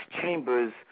chambers